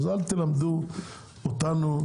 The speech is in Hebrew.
אז אל תלמדו אותנו,